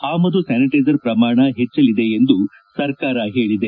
ಆಮದು ಸ್ಥಾನಿಟ್ಲೆಸರ್ ಪ್ರಮಾಣ ಹೆಚ್ಲಲಿದೆ ಎಂದು ಸರ್ಕಾರ ತಿಳಿಸಿದೆ